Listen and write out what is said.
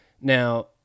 Now